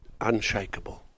unshakable